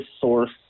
source